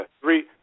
three